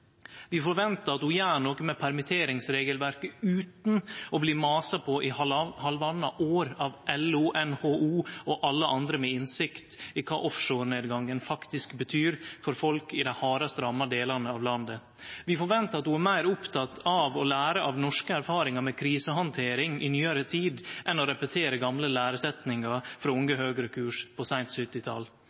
Vi forventar at ho gjer noko med permitteringsregelverket utan å bli masa på i halvtanna år av LO, NHO og alle andre med innsikt i kva offshorenedgangen faktisk betyr for folk i dei hardast ramma delane av landet. Vi forventar at ho er meir oppteken av å lære av norske erfaringar med krisehandtering i nyare tid enn av å repetere gamle læresetningar frå Unge Høgre-kurs på seint